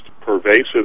pervasive